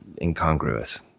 incongruous